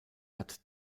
hat